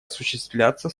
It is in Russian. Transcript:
осуществляться